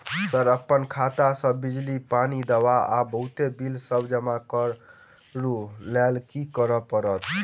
Sir अप्पन खाता सऽ बिजली, पानि, दवा आ बहुते बिल सब जमा करऽ लैल की करऽ परतै?